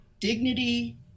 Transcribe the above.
dignity